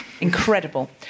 Incredible